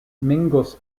mingus